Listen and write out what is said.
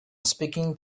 speaking